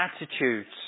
attitudes